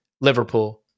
Liverpool